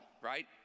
right